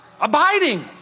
Abiding